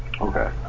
Okay